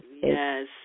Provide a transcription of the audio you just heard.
Yes